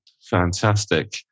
Fantastic